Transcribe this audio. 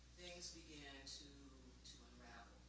things began to to unravel,